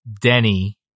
Denny